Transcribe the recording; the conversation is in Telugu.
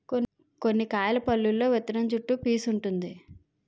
కొన్ని కాయల పల్లులో విత్తనం చుట్టూ పీసూ వుంటుంది